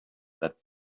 that